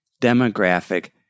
demographic